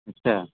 अच्छा